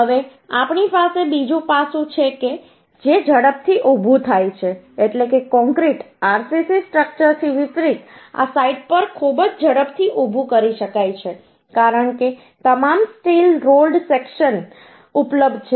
હવે આપણી પાસે બીજું પાસું છે કે જે ઝડપથી ઊભું થાય છે એટલે કે કોંક્રિટ RCC સ્ટ્રક્ચરથી વિપરીત આ સાઇટ પર ખૂબ જ ઝડપથી ઊભું કરી શકાય છે કારણ કે તમામ સ્ટીલ રોલ્ડ સેક્શન ઉપલબ્ધ છે